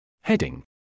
Heading